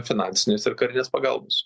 finansinės ir karinės pagalbos